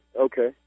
Okay